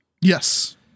yes